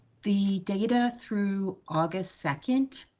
the data through august second